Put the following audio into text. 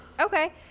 Okay